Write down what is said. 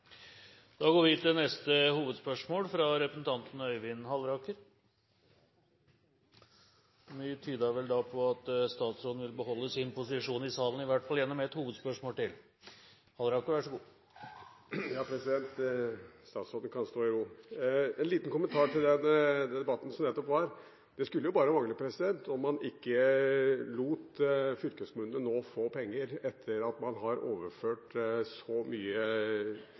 Da går vi til neste hovedspørsmål, fra representanten Øyvind Halleraker – mye tyder på at statsråden vil beholde sin posisjon i salen, i hvert fall gjennom et hovedspørsmål til. Ja, statsråden kan stå i ro. En liten kommentar til den debatten som nettopp var: Det skulle bare mangle at man ikke lot fylkeskommunene nå få penger, etter at man har overført så